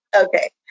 Okay